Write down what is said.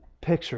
picture